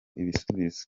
ibisubizo